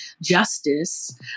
justice